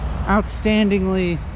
outstandingly